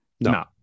No